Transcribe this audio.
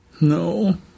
No